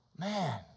Man